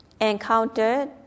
encountered